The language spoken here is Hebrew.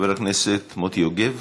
חבר הכנסת מוטי יוגב,